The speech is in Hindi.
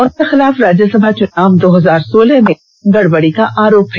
उनके खिलाफ राज्यसभा चुनाव दो हजार सोलह में गड़बड़ी का आरोप है